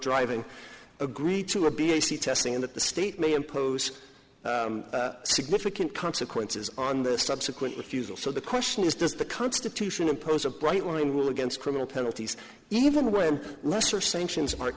driving agree to or be a c testing and that the state may impose significant consequences on the subsequent refusal so the question is does the constitution impose a bright line rule against criminal penalties even when lesser sanctions